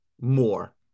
more